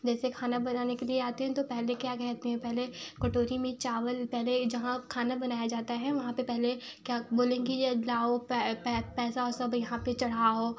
जैसे खाना बनाने के लिए आते हैं तो पहले क्या कहते हैं पहले कटोरी में चावल पहले जहाँ खाना बनाया जाता है वहाँ पर पहले क्या बोलेंगे ये लाओ पैसा वैसा दो यहाँ पर चढ़ाओ